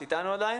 את איתנו עדיין?